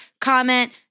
comment